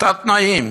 באיזה תת-תנאים.